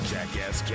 Jackass